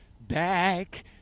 back